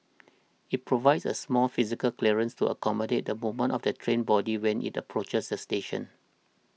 it provides a small physical clearance to accommodate the movement of the train body when it approaches the station